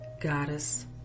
Goddess